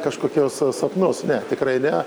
kažkokios sapnus ne tikrai ne